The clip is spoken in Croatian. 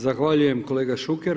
Zahvaljujem kolega Šuker.